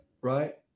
right